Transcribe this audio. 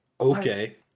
Okay